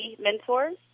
mentors